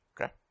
Okay